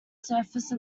surface